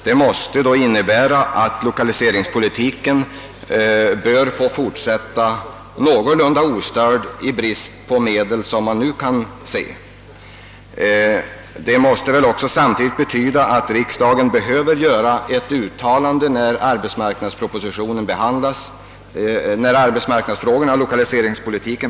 Det måste, såvitt jag förstår, innebära att lokaliseringspolitiken bör få fortsätta någorlunda ostörd utan att hämmas av brist på medel. Om inrikesministerns uttalande får tolkas så, måste det då också betyda att riksdagen behöver göra ett uttalande i samband med behandlingen av arbetsmarknadsfrågorna och lokaliseringspolitiken.